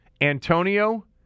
Antonio